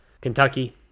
Kentucky